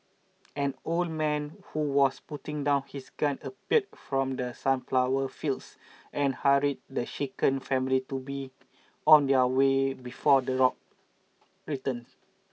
an old man who was putting down his gun appeared from the sunflower fields and hurried the shaken family to be on their way before the dogs return